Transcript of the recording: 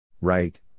Right